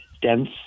dense